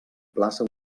plaça